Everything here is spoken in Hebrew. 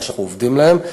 ואנחנו עוזרים להם.